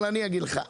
אבל אני אומר לך,